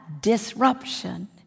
disruption